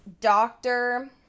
doctor